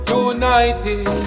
united